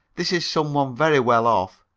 this is someone very well off.